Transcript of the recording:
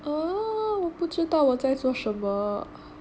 oh 我不知道我在做什么